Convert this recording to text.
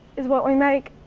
is what we make.